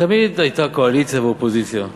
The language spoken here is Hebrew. תמיד היו קואליציה ואופוזיציה,